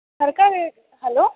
ತರಕಾರಿ ಹಲೋ